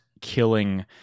killing